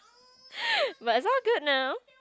but it's all good now